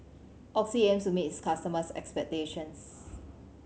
Oxy aims to meet its customers' expectations